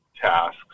tasks